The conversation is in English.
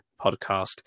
Podcast